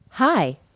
Hi